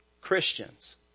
Christians